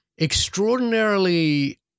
extraordinarily